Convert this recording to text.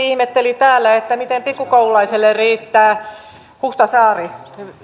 ihmetteli täällä miten pikku koululaiselle riittää huhtasaari